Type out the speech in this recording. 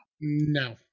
No